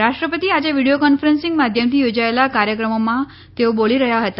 રાષ્ટ્રપતિ આજે video conferencing માધ્યમથી યોજાયેલા કાર્યક્રમમાં તેઓ બોલી રહ્યા હતા